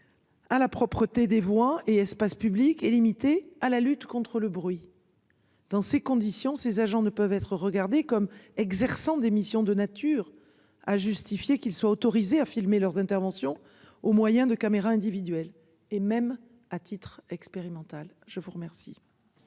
À la propreté des voies et espaces publics et limitée à la lutte contre le bruit. Dans ces conditions, ces agents ne peuvent être regardées comme exerçant des missions de nature à justifier qu'il soit autorisé à filmer leurs interventions au moyen de caméras individuelles et même à titre expérimental je vous remercie.